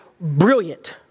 brilliant